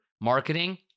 marketing